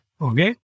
okay